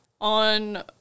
On